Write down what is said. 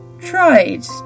tried